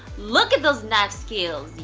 look at those knife skills.